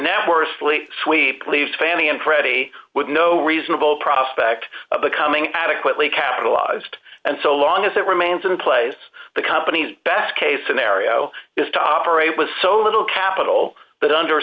worsley sweep leaves fannie and freddie with no reasonable prospect of becoming adequately capitalized and so long as it remains in place the company's best case scenario is to operate was so little capital that under